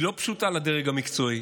היא לא פשוטה לדרג המקצועי,